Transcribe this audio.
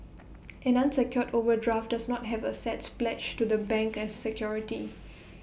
an unsecured overdraft does not have assets pledged to the bank as security